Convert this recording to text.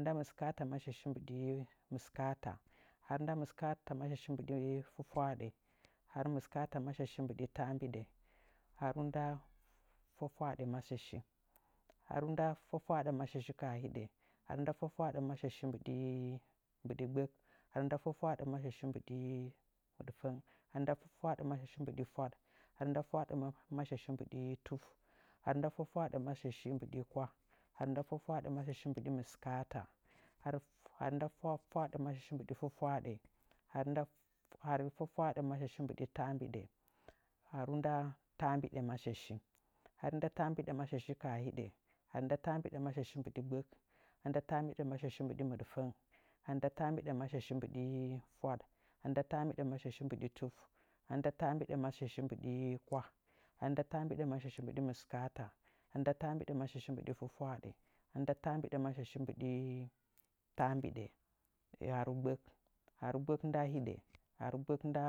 Nda mɨskaata mashashi mbɨɗi mɨskaata ghaaru na mɨskaatamashashi mbɨɗɨ farafwashe ghaaru nda mɨskaata mashashi mbɨɗə taambiɗə ghaaru nda fwafwaa ɗamashashi ghaaru nda fwafwaaɗamashashi kaa hiɗə ghaaru ndafwafwaaɗəmashashi maɗi mɨɗfong ghaaru nda fwafwaaɗəmashashi mbɨɗi fwaɗ ghaaru nda fwafwaaɗə mashashi mbɨɗi tuf ghaaru nda fwafwaaɗamashashi mbɨɗi wkwah ghaaru nda fwafwaɗamashashi mbɨiɗi mɨskaata ghaaru nda fwafwaaɗamashashi mbɨɗi fwafwaɗɗə ghaaru nda fwafwaaɗɗə mashashi mbɨɗi taambiɗə ghaaru nda taambiɗəmashashi ghaaru nda taambiɗamashashi kaa hiɗa ghaaru nda taambiɗamashashi mbɨɗi gbak ghaaru nda taambiɗamashashi mbɨɗi mɨɗfəng ghaaru ndatambiɗamashashi mbɨɗi fwaɗ ghaaru nda taambiɗamashashi mbɨɗi kwah ghaaru nda taambiɗa mashashi mbɨɗi mɨskaata ghaaru nda taambiɗa mashashi mbɨɗi fwafwaaɗə ghaaru nda taambiɗəmashashi mbɨdi taambiɗə ghaaru gbak ghaaru gbək nda hiɗək nda